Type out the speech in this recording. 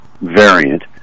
variant